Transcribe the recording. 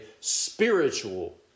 spiritual